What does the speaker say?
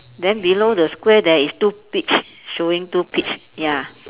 then below the square there is two peach showing two peach ya